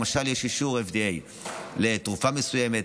למשל, יש אישור FDA לתרופה מסוימת,